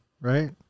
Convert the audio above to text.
right